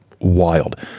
wild